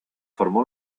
formó